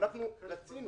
שאנחנו רצינו